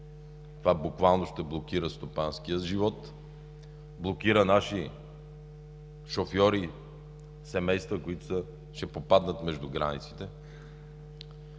Това буквално ще блокира стопанския живот. Блокира наши шофьори, семейства, които ще попаднат между границите.